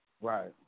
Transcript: Right